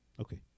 Okay